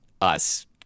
us-